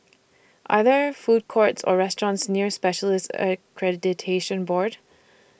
Are There Food Courts Or restaurants near Specialists Accreditation Board